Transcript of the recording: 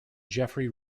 geoffrey